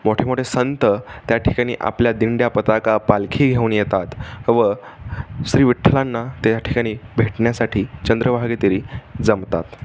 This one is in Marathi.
मोठे मोठे संत त्या ठिकाणी आपल्या दिंड्या पताका पालखी घेऊन येतात व श्री विठ्ठलांना त्या ठिकाणी भेटण्यासाठी चंद्रभागेतिरी जमतात